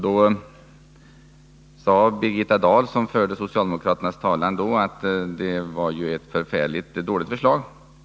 Då sade Birgitta Dahl, som förde socialdemokraternas talan, att det var ett förfärligt dåligt förslag.